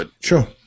Sure